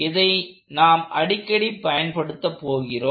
இதை நாம் அடிக்கடி பயன்படுத்த போகிறோம்